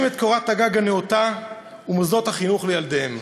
את קורת הגג הנאותה ומוסדות החינוך לילדיהם.